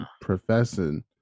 Professing